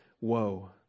woe